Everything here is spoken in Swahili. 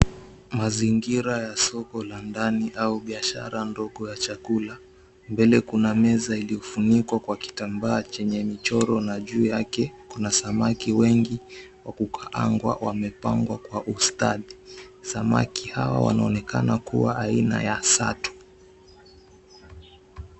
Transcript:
Mazingira ya soko la ndani au biashara ndogo ya chakula. Mbele kuna meza iliyofunikwa kwa kitambaa chenye michoro, na juu yake kuna samaki wengi wa kukaangwa wamepangwa kwa ustadi. Samaki hawa wanaonekana kuwa aina ya satu.